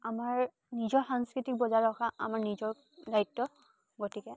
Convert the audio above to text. আমাৰ নিজৰ সংস্কৃতিক বজাই ৰখা আমাৰ নিজৰ দ্বায়িত্ব গতিকে